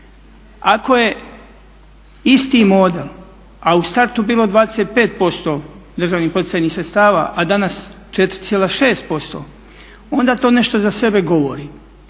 Ako je isti model, a u startu bilo 25% državnih poticajnih sredstava a danas 4,6% onda to nešto za sebe govori.